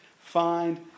find